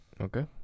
Okay